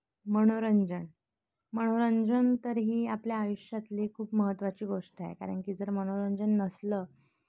मनोरंजन मनोरंजन तर ही आपल्या आयुष्यातली खूप महत्त्वाची गोष्ट आहे कारण की जर मनोरंजन नसलं